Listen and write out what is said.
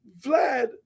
Vlad